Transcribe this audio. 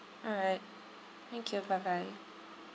alright thank you bye bye